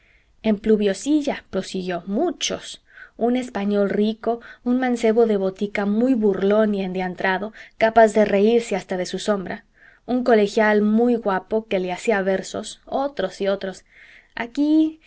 en pluviosilla prosiguió muchos un español rico un mancebo de botica muy burlón y endiantrado capaz de reírse hasta de su sombra un colegial muy guapo que le hacía versos otros y otros aquí